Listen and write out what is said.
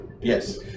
Yes